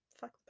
Fuck